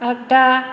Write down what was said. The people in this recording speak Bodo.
आगदा